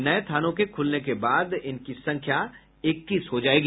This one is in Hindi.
नये थाने के खुलने के बाद इनकी संख्या इक्कीस हो जायेगी